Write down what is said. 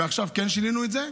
ועכשיו כן שינינו את זה,